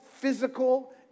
physical